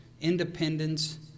independence